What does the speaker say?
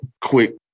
quick